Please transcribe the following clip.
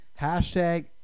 Hashtag